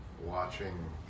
watching